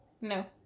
No